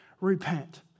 repent